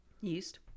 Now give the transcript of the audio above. yeast